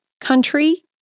country